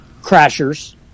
crashers